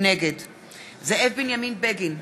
נגד זאב בנימין בגין,